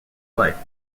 life